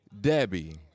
Debbie